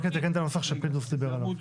רק לתקן את הנוסח שפינדרוס דיבר עליו.